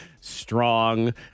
strong